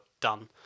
done